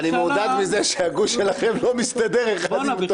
אני מעודד מזה שהגוש שלכם לא מסתדר אחד עם השני.